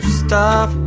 stop